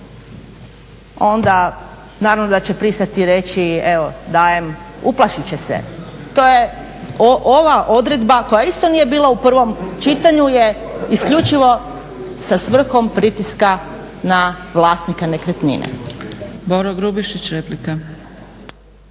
onda naravno da će pristati reći evo dajem, uplašit će se. To je ova odredba koja isto nije bila u prvom čitanju, je isključivo sa svrhom pritiska na vlasnika nekretnine.